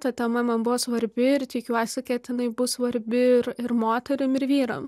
ta tema man buvo svarbi ir tikiuosi ket jinai bus svarbi ir ir moterim ir vyram